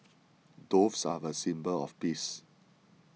doves are a symbol of peace